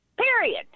Period